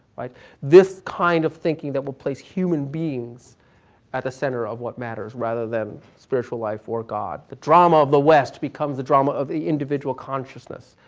like this kind of thinking that will place human beings at the center of what matters, rather than spiritual life or god. the drama of the west becomes the drama of the individual consciousness,